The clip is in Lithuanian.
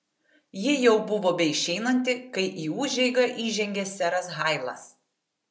ji jau buvo beišeinanti kai į užeigą įžengė seras hailas